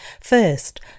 First